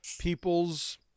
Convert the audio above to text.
people's